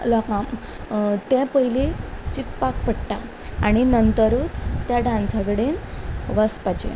लोकांक ते पयली चितपाक पडटा आनी नंतरूच त्या डांसा कडेन वचपाचे